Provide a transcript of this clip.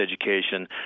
education